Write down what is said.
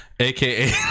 AKA